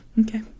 Okay